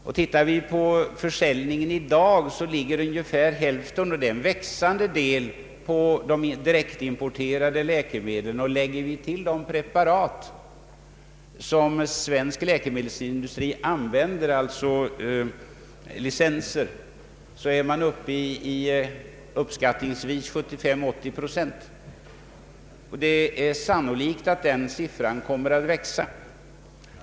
Om vi ser på försäljningen i dag ligger ungefär hälften — och det är en växande del — på de direktimporterade läkemedlen. Lägger vi till de preparat som svensk läkemedelsindustri använder, alltså licenser, är vi uppe i uppskattningsvis 75—80 procent, och det är sannolikt att den siffran kommer att växa.